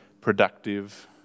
productive